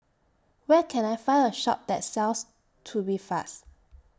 Where Can I Find A Shop that sells Tubifast